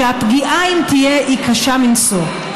שבו הפגיעה, אם תהיה, היא קשה מנשוא.